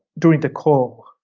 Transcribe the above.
during the call,